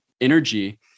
energy